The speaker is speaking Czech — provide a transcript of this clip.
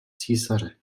císaře